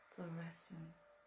fluorescence